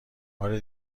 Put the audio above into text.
بار